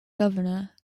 governor